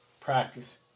Practice